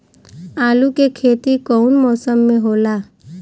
आलू के खेती कउन मौसम में होला?